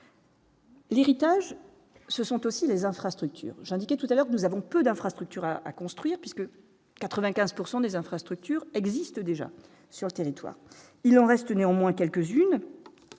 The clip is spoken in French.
L'héritage, ce sont aussi les infrastructures indiqué tout à l'heure, nous avons peu d'infrastructures à construire, puisque 95 pourcent des infrastructures existent déjà sur le territoire, il en reste néanmoins quelques unes,